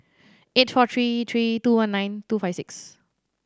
eight four three three two one nine two five six